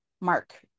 Mark